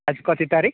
आज कति तारिख